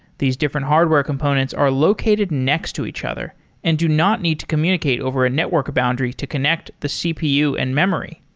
these different hardware components are located next to each other and do not need to communicate over a network boundary to connect the cpu and memory.